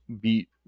beat